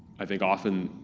i think often.